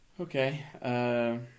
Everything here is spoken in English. Okay